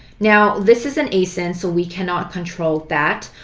now, this is an asin so we cannot control that.